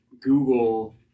Google